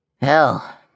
Hell